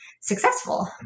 successful